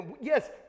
yes